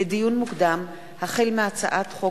לדיון מוקדם: החל בהצעת חוק